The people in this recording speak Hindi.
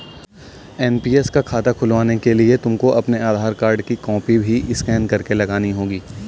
एन.पी.एस का खाता खुलवाने के लिए तुमको अपने आधार कार्ड की कॉपी भी स्कैन करके लगानी होगी